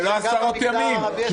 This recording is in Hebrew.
זה לא עשרות ימים.